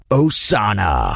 osana